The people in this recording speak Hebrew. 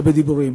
ולא בדיבורים.